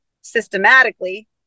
systematically